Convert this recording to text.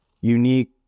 unique